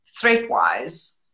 threat-wise